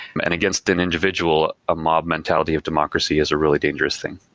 and against an individual, a mob mentality of democracy is a really dangerous thing.